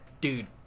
Dude